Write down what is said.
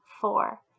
four